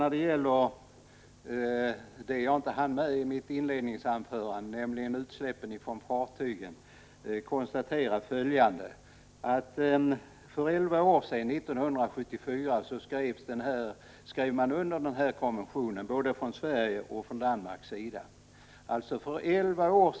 När det gäller det jag inte hann med i mitt inledande anförande, nämligen utsläpp från fartyg, skall jag konstatera följande. För elva år sedan, 1974, skrev både Sverige och Danmark under konventionen.